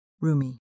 Rumi